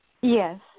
Yes